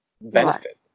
benefit